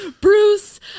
Bruce